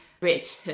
Rich